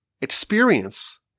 experience